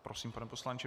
Prosím, pane poslanče.